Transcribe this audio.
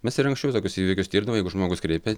mes ir anksčiau tokius įvykius tirdavom jeigu žmogus kreipia